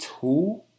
two